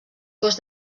cos